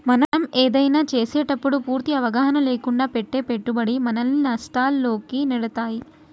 మనం ఏదైనా చేసేటప్పుడు పూర్తి అవగాహన లేకుండా పెట్టే పెట్టుబడి మనల్ని నష్టాల్లోకి నెడతాయి